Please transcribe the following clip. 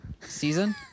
Season